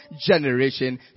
generation